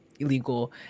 illegal